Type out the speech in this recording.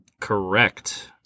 Correct